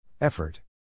Effort